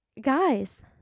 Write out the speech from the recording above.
Guys